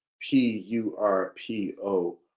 P-U-R-P-O